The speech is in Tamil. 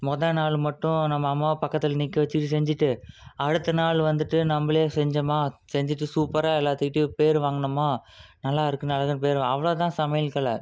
மொதல்நாள் மட்டும் நம்ம அம்மாவை பக்கத்தில் நிற்க வச்சுட்டு செஞ்சுட்டு அடுத்த நாள் வந்துட்டு நம்மளே செஞ்சமோ செஞ்சுட்டு சூப்பராக எல்லாத்துக்கிட்டேயும் பேர் வாங்கினமா நல்லா இருக்குனு நல்லா இருக்குனு பேர் அவ்வளோதான் சமையல் கலை